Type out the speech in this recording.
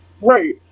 Right